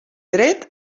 dret